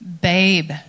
Babe